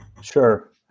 Sure